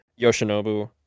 Yoshinobu